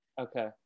Okay